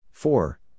Four